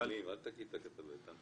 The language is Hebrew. את הנתונים.